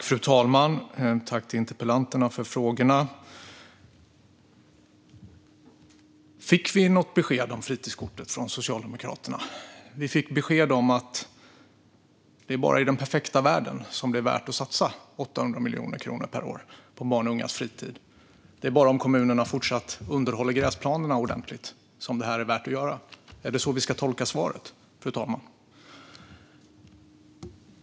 Fru talman! Jag tackar interpellanterna för frågorna. Fick vi något besked om fritidskortet från Socialdemokraterna? Vi fick besked om att det bara är i den perfekta världen som det är värt att satsa 800 miljoner kronor per år på barns och ungas fritid. Det är bara om kommunerna fortsatt underhåller gräsplanerna ordentligt som detta är värt att göra. Är det så vi ska tolka svaret, fru talman?